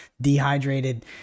dehydrated